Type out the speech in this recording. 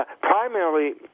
primarily